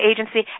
Agency